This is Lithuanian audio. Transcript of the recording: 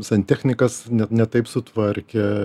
santechnikas ne ne taip sutvarkė